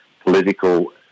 political